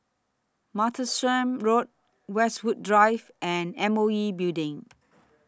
Martlesham Road Westwood Drive and M O E Building